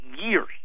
years